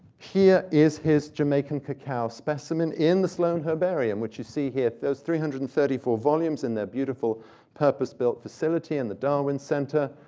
here is his jamaican cacao specimen in the sloane herbarium, which you see here, those three hundred and thirty four volumes in their beautiful purpose-built facility in the darwin center.